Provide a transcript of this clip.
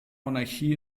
monarchie